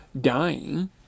dying